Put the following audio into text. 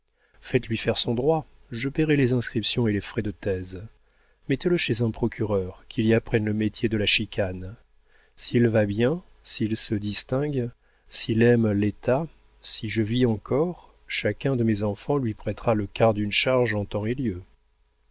faites-lui faire son droit je paierai les inscriptions et les frais de thèse mettez-le chez un procureur qu'il y apprenne le métier de la chicane s'il va bien s'il se distingue s'il aime l'état si je vis encore chacun de mes enfants lui prêtera le quart d'une charge en temps et lieu